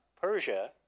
Persia